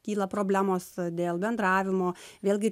kyla problemos dėl bendravimo vėlgi